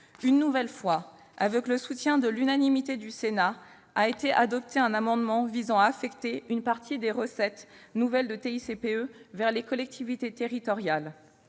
Une nouvelle fois, à l'unanimité du Sénat, a été adopté un amendement visant à affecter une partie des recettes nouvelles de TICPE aux collectivités territoriales.